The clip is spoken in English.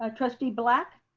ah trustee black.